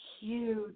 huge